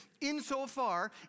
insofar